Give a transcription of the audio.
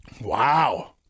Wow